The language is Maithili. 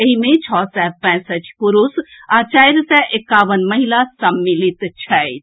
एहि मे छओ सय पैंसठि पुरूष आ चारि सय एकावन महिला सम्मिलित छथि